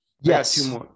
yes